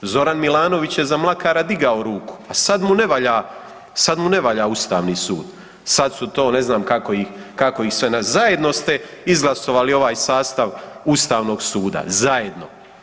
Zoran Milanović je za Mlakara digao ruku, a sad mu ne valja, sad mu ne valja ustavni sud, sad su to ne znam kako ih, kako ih sve, zajedno ste izglasovali ovaj sastav ustavnog suda, zajedno.